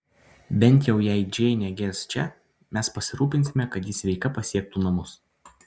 bent jau jei džeinė gers čia mes pasirūpinsime kad ji sveika pasiektų namus